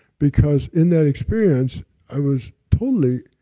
because in that experience i was totally,